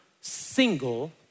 single